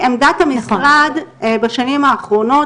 עמדת המשרד בשנים האחרונות,